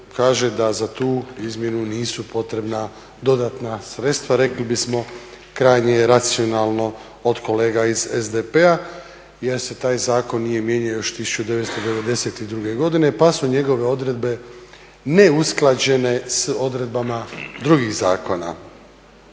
kaže da za tu izmjenu nisu potrebna dodatna sredstva, rekli bismo krajnje je racionalno od kolega iz SDP-a jer se taj zakon nije mijenjao još 1992. pa su njegove odredbe neusklađene s odredbama drugih zakona.